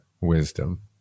wisdom